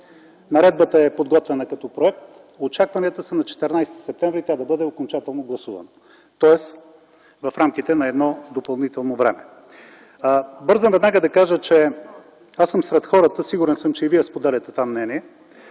Тя е изготвена като проект. Очакванията са на 14 септември т.г. тя да бъде окончателно гласувана, тоест в рамките на допълнително време. Бързам веднага да кажа, че аз съм сред хората, сигурен съм, че и Вие споделяте това мнение,